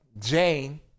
jane